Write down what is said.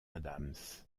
adams